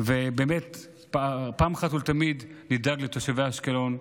ובאמת אחת ולתמיד נדאג לתושבי אשקלון,